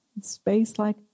Space-like